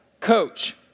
coach